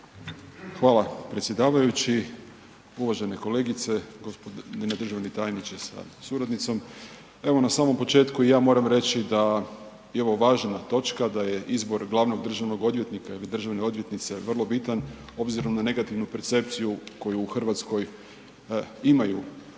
Hvala predsjedavajući. Uvažene kolegice, g. državni tajniče sa suradnicom. Evo, na samom početku i ja moram reći da je ovo važna točka, da je izbor glavnog državnog odvjetnika ili državne odvjetnice vrlo bitan obzirom na negativnu percepciju koju u Hrvatskoj imaju